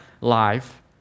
life